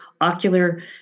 ocular